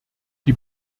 die